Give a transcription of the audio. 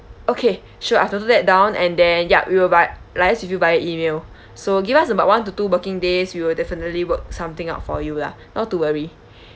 okay sure I've noted that down and then ya we'll bi~ liaise with you via email so give us about one to two working days we will definitely work something out for you lah not to worry